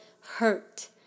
hurt